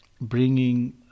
bringing